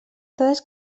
dades